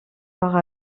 part